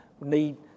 need